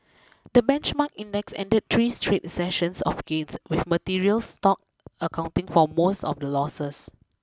the benchmark index ended three straight sessions of gains with materials stock accounting for most of the losses